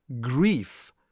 grief